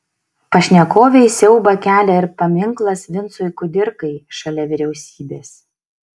pašnekovei siaubą kelia ir paminklas vincui kudirkai šalia vyriausybės